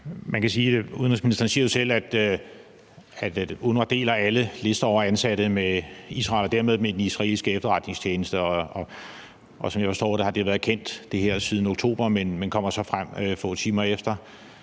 gælder UNRWA. Udenrigsministeren siger jo selv, at UNRWA deler alle lister over ansatte med Israel og dermed med den israelske efterretningstjeneste, og som jeg forstår det, har det her været kendt siden oktober, men kommer så frem, få timer efter